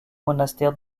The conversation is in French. monastère